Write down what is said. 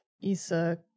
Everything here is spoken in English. Isa